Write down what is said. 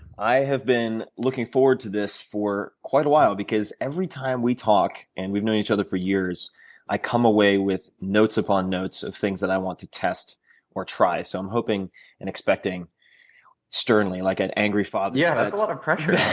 i have been looking forward to this for quite a while because every time we talk and we've known each other for years i come away with notes upon notes of things that i want to test or try. so i'm hoping and expecting sternly, like an angry father yeah that's a lot of pressure.